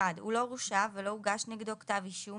(1)הוא לא הורשע ולא הוגש נגדו כתב אישום,